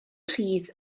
rhydd